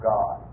God